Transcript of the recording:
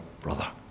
brother